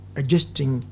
adjusting